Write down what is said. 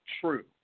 true